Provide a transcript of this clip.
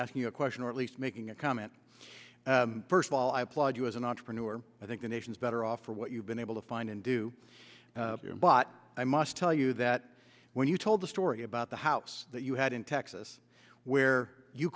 asking a question or at least making a comment first of all i applaud you as an entrepreneur i think the nation is better off for what you've been able to find and do but i must tell you that when you told a story about the house that you had in texas where you